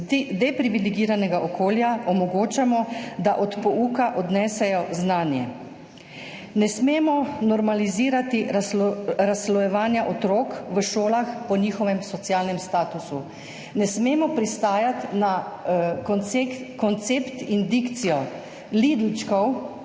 iz deprivilegiranega okolja omogočamo, da od pouka odnesejo znanje. Ne smemo normalizirati razslojevanja otrok v šolah po njihovem socialnem statusu. Ne smemo pristajati na koncept in dikcijo lidlčkov,